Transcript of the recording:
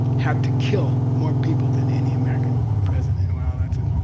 had to kill more people than any american president. well, that's a.